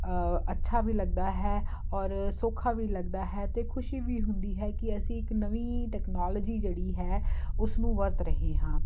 ਅੱਛਾ ਵੀ ਲੱਗਦਾ ਹੈ ਔਰ ਸੌਖਾ ਵੀ ਲੱਗਦਾ ਹੈ ਅਤੇ ਖੁਸ਼ੀ ਵੀ ਹੁੰਦੀ ਹੈ ਕਿ ਅਸੀਂ ਇੱਕ ਨਵੀਂ ਟੈਕਨੋਲੋਜੀ ਜਿਹੜੀ ਹੈ ਉਸਨੂੰ ਵਰਤ ਰਹੇ ਹਾਂ